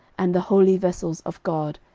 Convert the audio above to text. and the holy vessels of god,